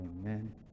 Amen